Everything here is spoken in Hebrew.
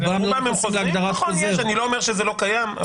אני לא אומר שזה לא קיים.